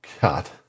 god